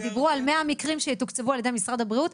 דיברו על 100 מקרים שיתוקצבו על ידי משרד הבריאות.